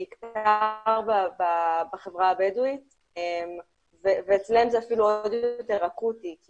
בעיקר בחברה הבדואית ואצלם זה אפילו עוד יותר אקוטי כי